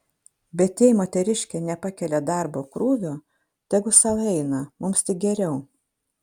bet jei moteriškė nepakelia darbo krūvio tegu sau eina mums tik geriau